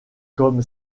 comme